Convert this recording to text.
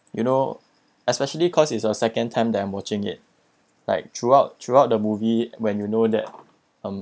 you know especially cause it's a second time that I'm watching it like throughout throughout the movie when you know that um